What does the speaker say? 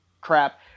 crap